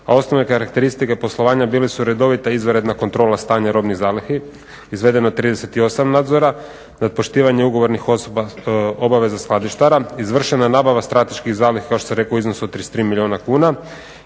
a osnovne karakteristike poslovanja bili su redovita i izvanredna kontrola stanja robnih zalihi, izvedeno je 38 nadzora, nat poštivanje ugovornih osoba, obaveza skladištara, izvršena je nabava strateških zaliha kao što sam rekao u iznosu od 33 milijuna kuna.